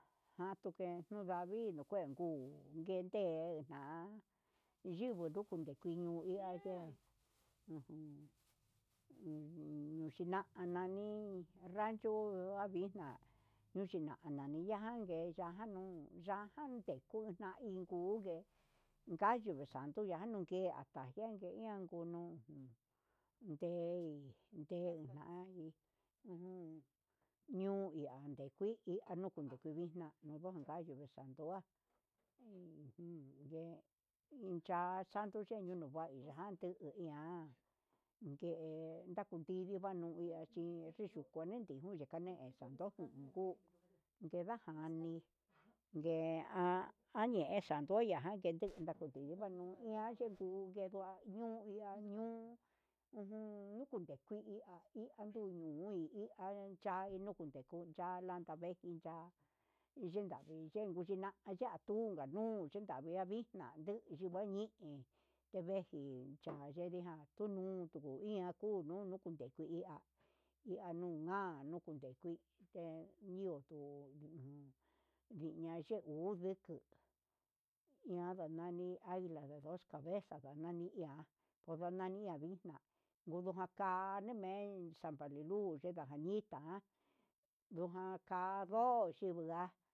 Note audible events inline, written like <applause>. Janduke kundavii ndujen nguu ngue'e na'a iyinguu nduku nin kina'a, ndu iha <noise> ye ujun nuchina'a nani rancho avixna'a nuchi kunani inke'e uyajani ya'á jande kujan iin kujé kayu sando yanun ke'a akajia ian kunuu nde ndejanu, ñuu ñuu nrea nikui anukune kuvixna nununjayu xandua ujun nde inchan sandu yenuu nuva'a andija kute ña'a ngue ngatundini vanuu iha chí refri januu ndenuyan kanee ndojun nukuu ndeda janii ngue ha kuñe'e cebolla enduu nake cheñuna nuu ian xenduu iheva'a ujun ndiku nikuya'a un ndiji ni kuin andan cha yeyá un jun ndiko niku chanyan dejika hyuvenkina nakunka nuu, ndavia naye nuu vainii ndeveji ayedia kuñii ku chana yendiján kunun kunundian kuu nunu kujeni iha hi ha nina nukunujun ke iho jun ndia ye'e nuu ujé ñani nani anguila de dos cabezas a nani iha ho ndonani jan nime'e santa lulu tierra bonita ján jaka ndo'o xinua'a.